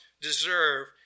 deserve